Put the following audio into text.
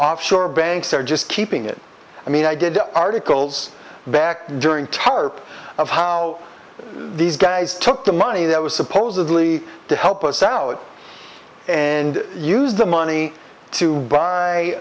offshore banks are just keeping it i mean i did articles back during tarp of how these guys took the money that was supposedly to help us out and use the money to buy